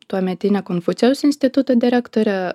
tuometinė konfucijaus instituto direktorė